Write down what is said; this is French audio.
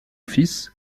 fils